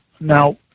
now